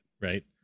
right